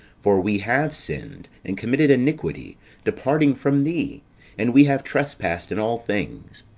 for we have sinned, and committed iniquity departing from thee and we have trespassed in all things